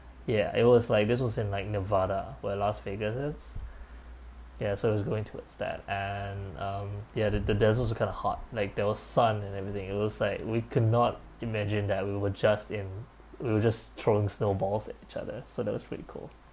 ya it was like this was in like nevada where las vegas is ya so it's going towards that and um ya the the dessert was kind of hot like there sun and everything it was like we cannot imagine that we were just in we were just throwing snowballs at each other so that was pretty cool